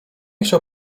chciał